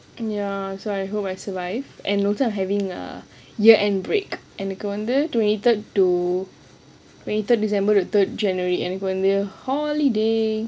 and ya so I hope I survive and also I'm having a year end break எனக்கு வந்து:enau wanthu twenty third to twenty third december to third january எனக்கு வந்து:enau wanthu holiday